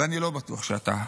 ואני לא בטוח שאתה,